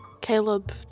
Caleb